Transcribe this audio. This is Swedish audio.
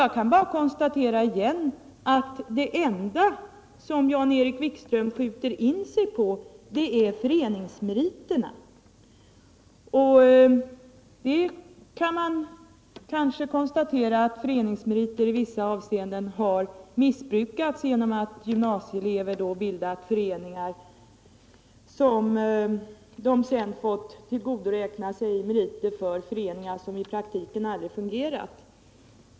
Jag kan bara på nytt konstatera att det enda som Jan-Erik Wikström skjuter in sig på är föreningsmeriterna. Man kan kanske säga att föreningsmeriter ibland har missbrukats på så sätt att gymnasieelever bildat föreningar från vilka de sedan kunnat tillgodoräkna sig meriter, trots att föreningarna i praktiken aldrig fungerat.